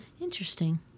Interesting